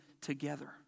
together